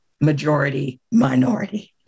majority-minority